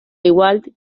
igual